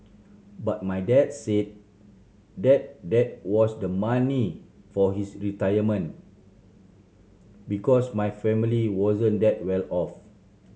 but my dad said that that was the money for his retirement because my family wasn't that well off